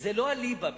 זה לא הליבה בבתי-הספר.